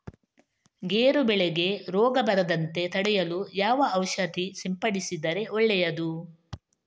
ಗೇರು ಬೆಳೆಗೆ ರೋಗ ಬರದಂತೆ ತಡೆಯಲು ಯಾವ ಔಷಧಿ ಸಿಂಪಡಿಸಿದರೆ ಒಳ್ಳೆಯದು?